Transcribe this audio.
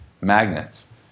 magnets